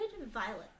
Violet